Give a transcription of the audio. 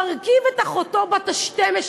מרכיב את אחותו בת ה-12,